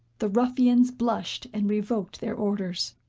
the ruffians blushed and revoked their orders.